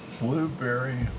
blueberry